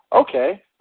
okay